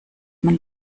man